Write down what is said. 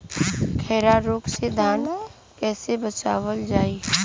खैरा रोग से धान कईसे बचावल जाई?